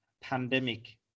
pandemic